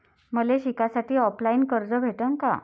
मले शिकासाठी ऑफलाईन कर्ज भेटन का?